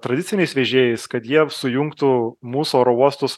tradiciniais vežėjais kad jie sujungtų mūsų oro uostus